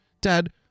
dad